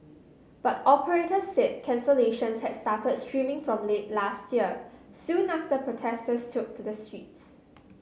but operators said cancellations had started streaming from late last year soon after protesters took to the streets